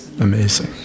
amazing